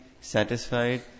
satisfied